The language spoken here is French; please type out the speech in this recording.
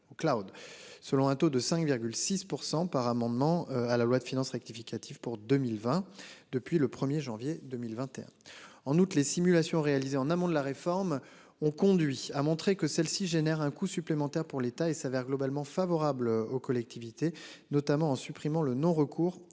selon un taux de 5,6%, par amendement à la loi de finances rectificative pour 2020. Depuis le 1er janvier 2021. En août, les simulations réalisées en amont de la réforme ont conduit à montrer que celle-ci génère un coût supplémentaire pour l'État et s'avère globalement favorable aux collectivités notamment en supprimant le non recours